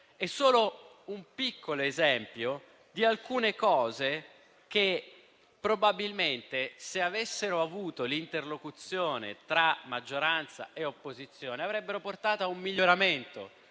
è solo un piccolo esempio di alcune cose che probabilmente, se fossero state oggetto di interlocuzione tra maggioranza e opposizione, avrebbero portato a un miglioramento